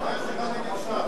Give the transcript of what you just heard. מה יש לך נגד ש"ס?